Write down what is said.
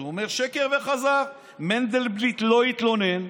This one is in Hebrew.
אז הוא אומר: שקר וכזב, מנדלבליט לא התלונן,